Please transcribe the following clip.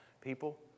People